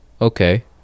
Okay